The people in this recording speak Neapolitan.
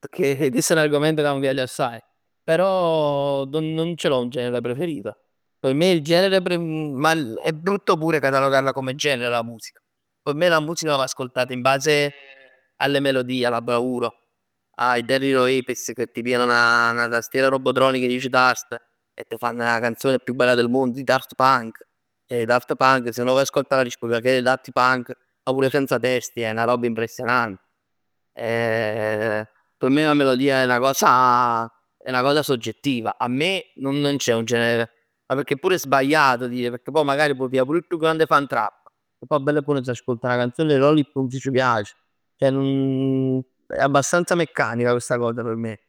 Pecchè chest' è n'argoment 'ca m' piace assaj. Però non non ce l'ho un genere preferito. P' me il genere pre ma è brutto pure catalogarla come genere la musica. P' me la musica va ascoltata in base alle melodie, alla bravura. Ai Oasis che ti pigliano 'na tastiera robotronica 'e diec tast 'e t' fann 'a canzon chiù bell del mondo. I Daft Punk. Eh i Daft Punk se uno vuole ascolta la discografia dei Daft Punk, ma pure senza testi è 'na robb impressionant. Eh p' me 'a melodij è 'na cosa, è 'na cosa soggettiva. 'A me, non c'è un genere, ma perchè è pure sbagliato dire, pecchè pò magari può piglià pur il più grande fan trap e poj 'a bell e buon s'ascolt 'na canzon d' 'e Rolling Stones e c' piac. Ceh è abbastanza meccanica questa cosa per me.